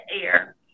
air